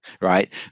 right